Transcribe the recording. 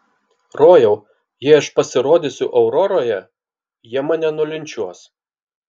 rojau jei aš pasirodysiu auroroje jie mane nulinčiuos